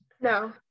No